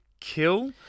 kill